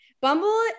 Bumble